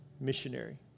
missionary